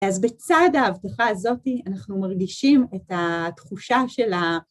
אז בצד ההבטחה הזאתי אנחנו מרגישים את התחושה של ה...